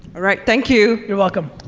alright, thank you. you're welcome.